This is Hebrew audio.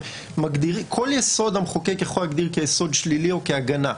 כל יסוד המחוקק יכול להגדיר כיסוד שלילי או כהגנה.